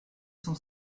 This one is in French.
son